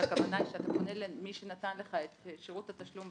שהכוונה היא שאתה פונה למי שנתן לך את שרות התשלום,